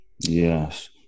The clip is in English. yes